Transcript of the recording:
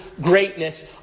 greatness